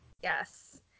Yes